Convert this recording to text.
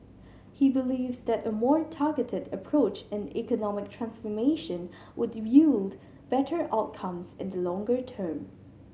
he believes that a more targeted approach in economic transformation would yield better outcomes in the longer term